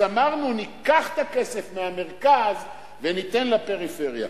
אז אמרנו: ניקח את הכסף מהמרכז וניתן לפריפריה.